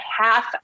half